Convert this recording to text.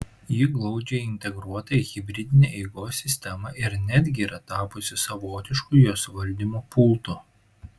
ji glaudžiai integruota į hibridinę eigos sistemą ir netgi yra tapusi savotišku jos valdymo pultu